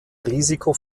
risiko